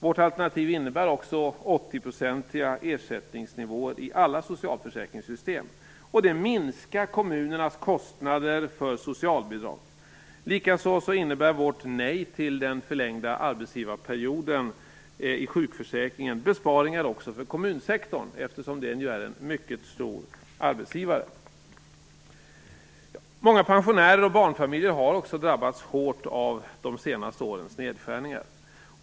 Vårt alternativ innebär också åttioprocentiga ersättningsnivåer i alla socialförsäkringssystem. Det minskar kommunernas kostnader för socialbidrag. Likaså innebär vårt nej till den förlängda arbetsgivarperioden i sjukförsäkringen besparingar också för kommunsektorn, eftersom den ju är en mycket stor arbetsgivare. Många pensionärer och barnfamiljer har också drabbats hårt av de senaste årens nedskärningar.